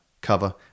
cover